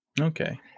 Okay